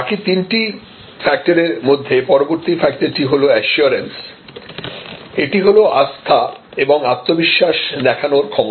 বাকি তিনটি ফ্যাক্টরের মধ্যে পরবর্তী ফ্যাক্টরটি হল অ্যাসিওরেন্স এটা হল আস্থা এবং আত্মবিশ্বাস দেখানোর ক্ষমতা